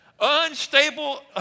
Unstable